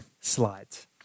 slides